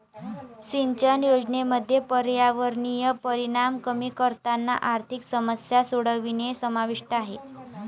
सिंचन योजनांमध्ये पर्यावरणीय परिणाम कमी करताना आर्थिक समस्या सोडवणे समाविष्ट आहे